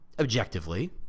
objectively